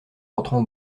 rentrant